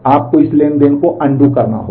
आपको इस ट्रांज़ैक्शन को अनडू करना होगा